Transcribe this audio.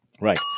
Right